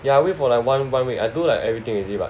ya wait like for one one week I do like everything already but